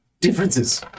differences